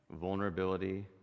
vulnerability